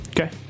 Okay